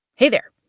hey there.